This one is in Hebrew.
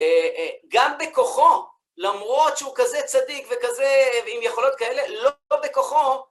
גם בכוחו, למרות שהוא כזה צדיק וכזה, עם יכולות כאלה, לא בכוחו,